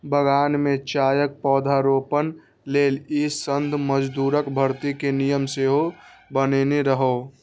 बगान मे चायक पौधारोपण लेल ई संघ मजदूरक भर्ती के नियम सेहो बनेने रहै